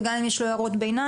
וגם אם יש לו הערות ביניים,